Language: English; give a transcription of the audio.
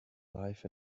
life